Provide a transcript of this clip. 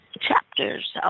chapters